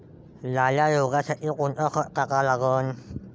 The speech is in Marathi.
लाल्या रोगासाठी कोनचं खत टाका लागन?